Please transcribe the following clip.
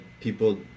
people